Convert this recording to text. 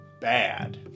bad